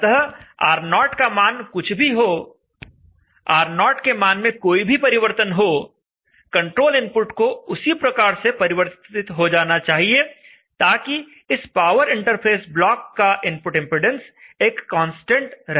अतः R0 का मान कुछ भी हो R0 के मान में कोई भी परिवर्तन हो कंट्रोल इनपुट को उसी प्रकार से परिवर्तित हो जाना चाहिए ताकि इस पावर इंटरफ़ेस ब्लॉक का इनपुट इंपेडेंस एक कांस्टेंट रहे